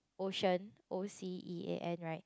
ocean O C E A N right